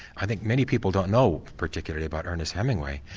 i think many people don't know particularly about ernest hemingway,